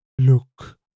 look